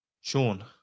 Sean